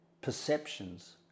Perceptions